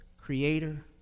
creator